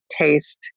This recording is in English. taste